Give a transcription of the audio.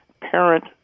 parent